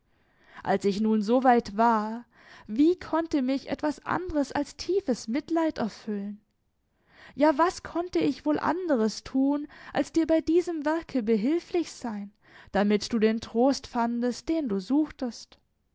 als ich nun so weit war wie konnte mich etwas anderes als tiefes mitleid erfüllen ja was konnte ich wohl anderes tun als dir bei diesem werke behilflich sein damit du den trost fandest den du suchtest